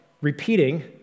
repeating